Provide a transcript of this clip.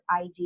IG